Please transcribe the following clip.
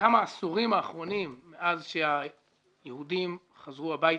בכמה עשורים האחרונים, עד שהיהודים חזרו הביתה,